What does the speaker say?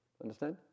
Understand